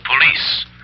police